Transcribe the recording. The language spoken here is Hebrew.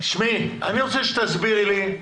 אני רוצה שתסבירי לי,